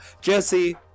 Jesse